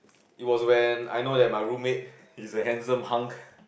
it was when I know that my roommate he is a handsome hunk